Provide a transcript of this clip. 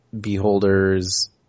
beholders